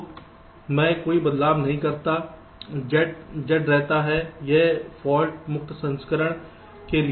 तो मैं कोई बदलाव नहीं करता Z Z रहता है यह फाल्ट मुक्त संस्करण के लिए है